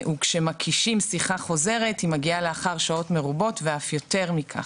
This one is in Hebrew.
וכשמקישים "שיחה חוזרת" היא מגיעה לאחר שעות מרובות ואף יותר מכך".